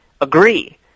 agree